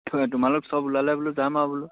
হয় তোমালোক চব ওলালে বোলো যাম আৰু বোলো